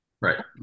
right